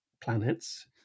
planets